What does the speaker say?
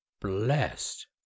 Blessed